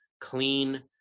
clean